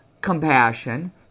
compassion